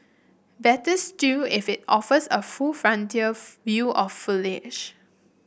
better still if it offers a full frontal view of foliage